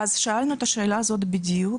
שאלנו את השאלה הזאת בדיוק,